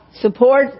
Support